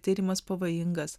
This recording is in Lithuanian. tyrimas pavojingas